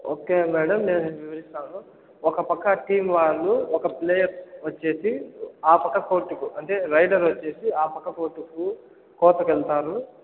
okay madam నేను వివరిస్తాను ఒక పక్క టీమ్ వాళ్ళు ఒక ప్లేయర్ వచ్చేసి ఆ పక్క కోర్ట్కు అంటే రైడర్ వచ్చేసి ఆ పక్క కోర్ట్కు కూతకెళ్తారు